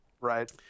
Right